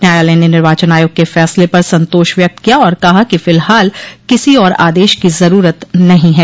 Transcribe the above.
न्यायालय ने निर्वाचन आयोग के फैसले पर संतोष व्यक्त किया और कहा कि फिलहाल किसी और आदेश की जरूरत नहीं है